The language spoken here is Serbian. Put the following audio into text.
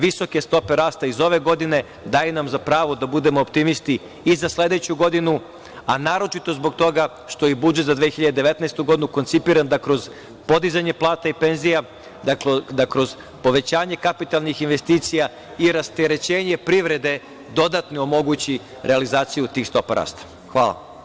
Visoke stope rasta iz ove godine daju nam pravo da budemo optimisti i za sledeću godinu, a naročito zbog toga što je budžet za 2019. godinu koncipiran da kroz podizanje plata i penzija, da kroz povećanje kapitalnih investicija i rasterećenje privrede dodatno omogući realizaciju tih stopa rasta.